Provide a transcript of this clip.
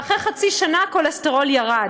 ואחרי חצי שנה הכולסטרול ירד.